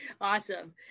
awesome